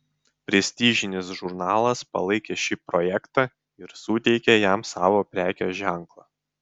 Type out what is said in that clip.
prestižinis žurnalas palaikė šį projektą ir suteikė jam savo prekės ženklą